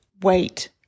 wait